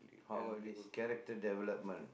how about this character development